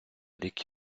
рік